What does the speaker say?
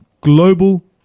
global